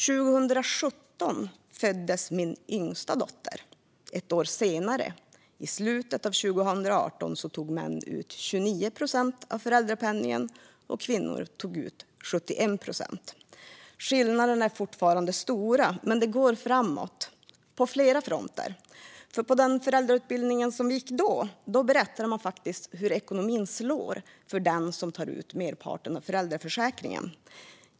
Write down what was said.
År 2017 föddes min yngsta dotter. Ett år senare, i slutet av 2018, tog män ut 29 procent av föräldrapenningen och kvinnor tog ut 71 procent. Skillnaderna är fortfarande stora, men det går framåt på flera fronter. På den föräldrautbildning vi gick då berättade man nämligen hur det slår på ekonomin för den som tar ur merparten av föräldraförsäkringen.